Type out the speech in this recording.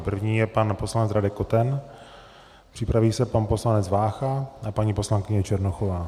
První je pan poslanec Radek Koten, připraví se pan poslanec Vácha a paní poslankyně Černochová.